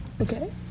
Okay